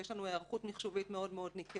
ויש לנו היערכות מחשובית מאוד מאוד ניכרת.